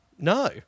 No